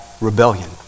rebellion